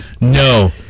No